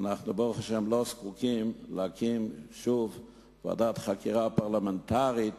ואנחנו לא זקוקים להקים שוב ועדת חקירה פרלמנטרית